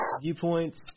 viewpoints